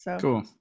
Cool